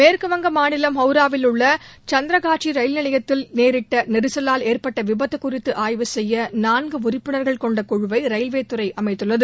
மேற்கு வங்கம் மாநிலம் ஹவுராவில் உள்ள சந்திரகாச்சி ரயில் நிலையத்தில் நேரிட்ட நெரிகலால் ஏற்பட்ட விபத்து குறித்து ஆய்வு செய்ய நான்கு உறுப்பினர்கள் கொண்ட குழுவை ரயில்வே துறை அமைத்துள்ளது